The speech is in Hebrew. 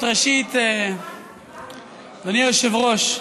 אדוני היושב-ראש,